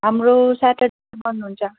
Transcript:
हाम्रो स्याटर्डे बन्द हुन्छ